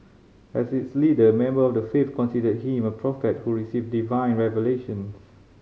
as its leader member of the faith considered him a prophet who received divine revelations